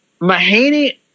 mahaney